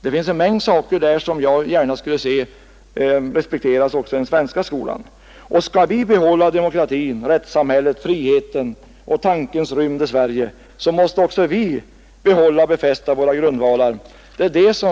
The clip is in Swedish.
Det finns en mängd saker där, som jag gärna skulle se respekterade också i den svenska skolan. Skall vi behålla demokratin, rättssamhället, friheten och tankens rymd i Sverige, måste också vi behålla och befästa våra grundvalar.